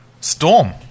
Storm